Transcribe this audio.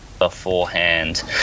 beforehand